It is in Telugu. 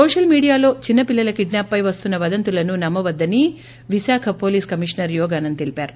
నోషల్ మీడియాలో చిన్నిపిల్లల కిడ్పాప్ పై వస్తున్న వదంతులను నమ్మవద్గని విశాఖ పోలీస్ కమిషనర్ యోగానంద్ తెలిపారు